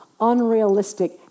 unrealistic